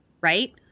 Right